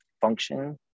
function